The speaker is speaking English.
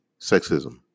sexism